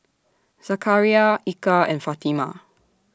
Zakaria Eka and Fatimah